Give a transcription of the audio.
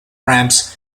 ramps